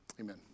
Amen